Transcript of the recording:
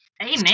Amen